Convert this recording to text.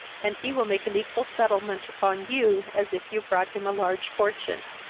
and he will make an equal settlement upon you, as if you brought him a large fortune.